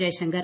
Jaishankar